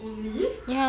only